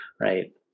right